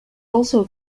also